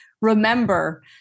remember